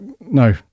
no